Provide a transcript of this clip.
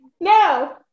no